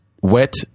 Wet